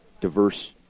diverse